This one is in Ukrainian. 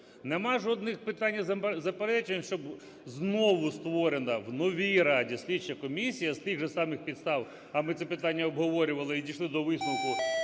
Нема жодних питань і заперечень, щоби знову створена в новій Раді слідча комісія з тих же самих підстав, а ми це питання обговорювали і дійшли до висновку